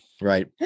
Right